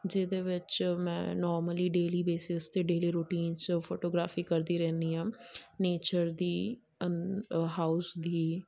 ਜਿਹਦੇ ਵਿੱਚ ਮੈਂ ਨੋਰਮਲੀ ਡੇਲੀ ਬੇਸਿਸ 'ਤੇ ਡੇਲੀ ਰੂਟੀਨ 'ਚ ਫੋਟੋਗ੍ਰਾਫੀ ਕਰਦੀ ਰਹਿੰਦੀ ਹਾਂ ਨੇਚਰ ਦੀ ਅ ਹਾਊਸ ਦੀ